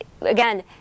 again